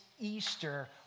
Easter